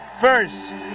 first